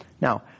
Now